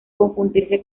confundirse